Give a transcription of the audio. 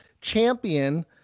champion